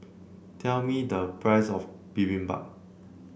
tell me the price of Bibimbap